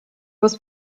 was